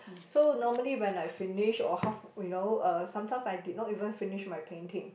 so normally when I finish or half you know uh sometimes I did not even finish my painting